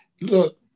look